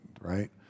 right